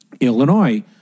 Illinois